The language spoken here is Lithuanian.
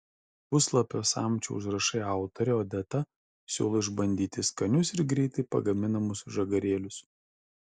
puslapio samčio užrašai autorė odeta siūlo išbandyti skanius ir greitai pagaminamus žagarėlius